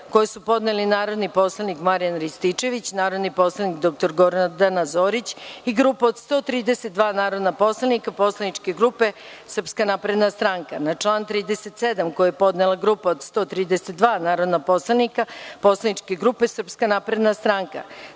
koje su podneli narodni poslanik Marijan Rističević, narodni poslanik dr Gordana Zorić i grupa od 132 narodnih poslanika poslaničke grupe SNS; na član 37. koji je podnela grupa od 132 narodna poslanika poslaničke grupe SNS; na član